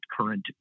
current